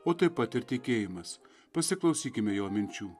o taip pat ir tikėjimas pasiklausykime jo minčių